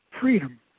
freedom